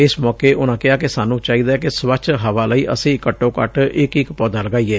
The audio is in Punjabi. ਇਸ ਮੌਕੇ ਉਨੂਾਂ ਕਿਹਾ ਕਿ ਸਾਨੂੰ ਚਾਹੀਦੈ ਕਿ ਸਵੱਛ ਹਵਾ ਲਈ ਅਸੀਂ ਘੱਟੋ ਘੱਟ ਇਕ ਇਕ ਪੌਦਾ ਲਗਾਈਏ